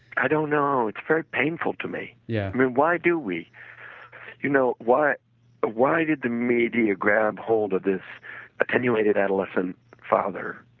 i don't know, it's very painful to me yeah and why do we you know why why did the media grab hold of this attenuated adolescent father?